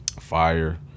Fire